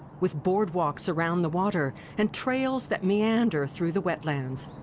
with boardwalks around the water and trails that meander through the wetlands.